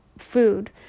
food